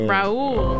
Raul